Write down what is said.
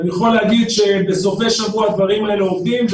ואני יכול להגיד שבסופי שבוע הדברים האלה עובדים,